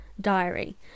diary